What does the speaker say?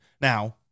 Now